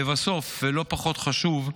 לבסוף, ולא פחות חשוב,